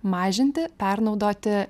mažinti pernaudoti